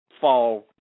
fall